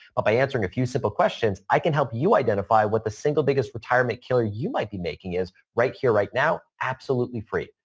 but by answering a few simple questions, i can help you identify what the single biggest retirement killer you might be making is right here right now absolutely free.